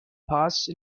past